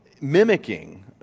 mimicking